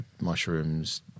mushrooms